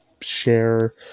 share